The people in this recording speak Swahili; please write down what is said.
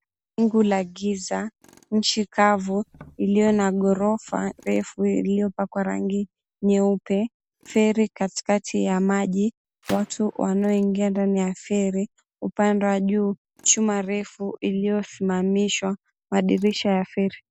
Wingu la giza, nchi kavu ilio na gorofa refu iliopakwa rangi nyeupe, feri katikati ya maji, watu wanaoingia ndani ya feri, upande wa juu chuma refu iliyosimamishwa, madirisha ya feri.